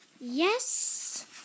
Yes